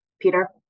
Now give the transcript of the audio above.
Peter